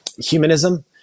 humanism